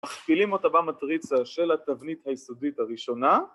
‫מכפילים אותה במטריצה ‫של התבנית היסודית הראשונה.